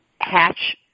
hatch